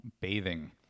Bathing